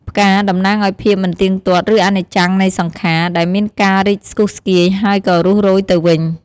ផ្កា តំណាងឱ្យភាពមិនទៀងទាត់ ឬ អនិច្ចំ នៃសង្ខារ ដែលមានការរីកស្គុះស្គាយហើយក៏រុះរោយទៅវិញ។